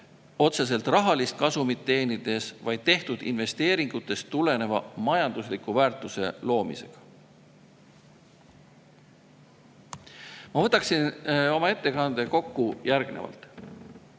otseselt rahalist kasumit teenides, vaid tehtud investeeringutest tulenevalt majanduslikku väärtust luues. Ma võtan oma ettekande kokku järgnevalt.